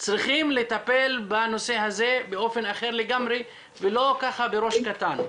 צריכים לטפל בנושא הזה באופן אחר לגמרי ולא ככה בראש קטן.